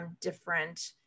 different